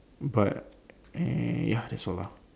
but eh ya that's all lah